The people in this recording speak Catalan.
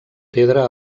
pedra